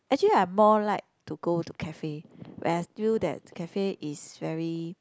actually I'm more like to go to cafe where I feel that cafe is very